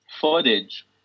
footage